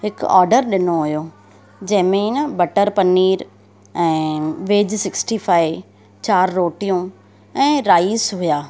हिकु ऑडर ॾिनो हुयो जंहिंमें आहे न बटर पनीर अं वेज सिक्स्टी फाइव चार रोटियूं ऐं राइस हुया